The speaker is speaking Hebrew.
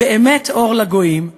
באמת אור לגויים,